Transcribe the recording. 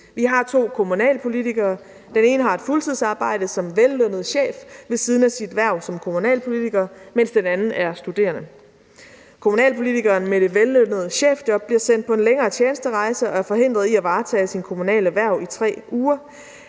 Vi har to kommunalpolitikere – den ene har et fuldtidsarbejde som vellønnet chef ved siden af sit hverv som kommunalpolitiker, mens den anden er studerende. Kommunalpolitikeren med det vellønnede chefjob bliver sendt på en længere tjenesterejse og er forhindret i at varetage sit kommunale hverv i 3 uger.